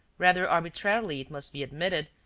rather arbitrarily it must be admitted,